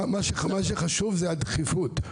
מה שחשוב זה הדחיפות.